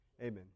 Amen